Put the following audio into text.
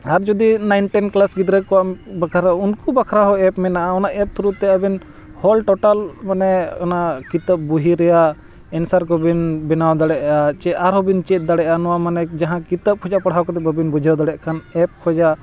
ᱟᱨ ᱡᱩᱫᱤ nine ten class ᱜᱤᱫᱽᱨᱟᱹ ᱠᱚᱣᱟᱜ ᱵᱟᱠᱷᱨᱟ ᱩᱱᱠᱩ ᱵᱟᱠᱷᱨᱟ ᱦᱚᱸ ᱮᱯ ᱢᱮᱱᱟᱜᱼᱟ ᱚᱱᱟ ᱮᱯ ᱛᱷᱨᱩ ᱛᱮ ᱟᱵᱮᱱ ᱦᱚᱞ ᱴᱳᱴᱟᱞ ᱢᱟᱱᱮ ᱚᱱᱟ ᱠᱤᱛᱟᱹᱵ ᱵᱩᱦᱤ ᱨᱮᱭᱟᱜ ᱮᱱᱥᱟᱨ ᱠᱚᱵᱤᱱ ᱵᱮᱱᱟᱣ ᱫᱟᱲᱮᱭᱟᱜᱼᱟ ᱪᱮᱫ ᱟᱨᱦᱚᱸ ᱵᱤᱱ ᱪᱮᱫ ᱫᱟᱲᱮᱭᱟᱜᱼᱟ ᱱᱚᱣᱟ ᱢᱟᱱᱮ ᱡᱟᱦᱟᱸ ᱠᱤᱛᱟᱹᱵ ᱠᱷᱚᱡᱟᱜ ᱯᱟᱲᱦᱟᱣ ᱠᱟᱛᱮ ᱵᱟᱵᱤᱱ ᱵᱩᱡᱷᱟᱹᱣ ᱫᱟᱲᱮᱭᱟᱜ ᱠᱷᱟᱱ ᱮᱯ ᱠᱷᱚᱡᱟᱜ